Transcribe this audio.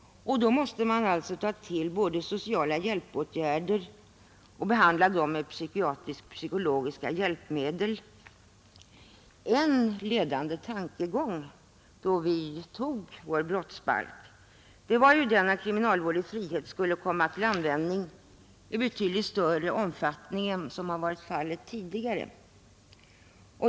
Då måste man alltså både ta till sociala hjälpåtgärder och psykiatriskt-psykologiska hjälpmedel. En ledande tankegång då vi beslutade om brottsbalken var ju att kriminalvård i frihet skulle komma till användning i betydligt större omfattning än tidigare.